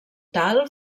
tal